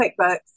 QuickBooks